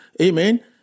amen